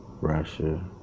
Russia